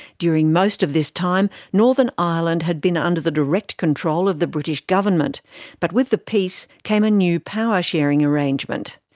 during most of this time, northern ireland had been under the direct control of the british government but with the peace came a new power sharing arrangement.